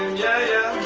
yeah